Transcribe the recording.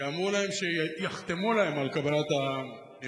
ואמרו להם שיחתמו להם על קבלת המענקים,